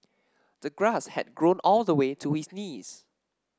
the grass had grown all the way to his knees